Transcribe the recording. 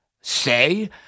say